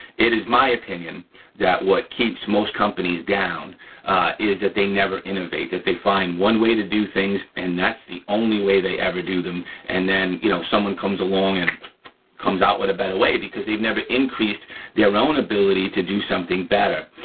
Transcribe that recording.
it is my opinion that what keeps most companies down is that they never innovate, that they find one way to do things and that's the only way they ever do them and then, you know, someone comes along and comes out with a better way because they've never increased their own ability to do something better.